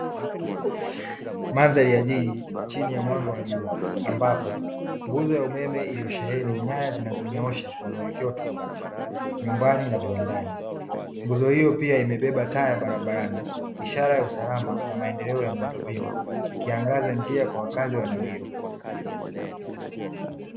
Mandhari ya jiji chini ya mwanga wa jua ambapo nguzo ya umeme iliyosheheni nyaya zinazonyoosha kwa muelekeo tofauti, nyumbani na viwandani nguzo hizo pia imebeba taa ya barabarani ishara ya usalama na maendeleo ya miundombinu ikiangaza njia kwa wakazi wa eneo hilo.